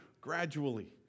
gradually